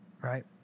Right